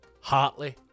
Hartley